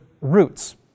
roots